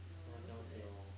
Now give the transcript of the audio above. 花雕酒